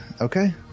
Okay